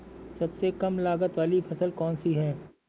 सबसे कम लागत वाली फसल कौन सी है?